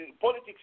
politics